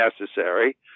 necessary